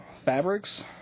fabrics